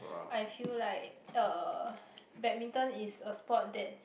I feel like uh badminton is a sport that